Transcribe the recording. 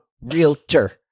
realtor